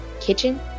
kitchen